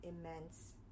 immense